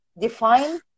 define